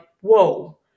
Whoa